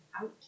out